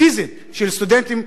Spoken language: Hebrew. פיזית בין סטודנטים?